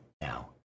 now